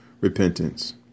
repentance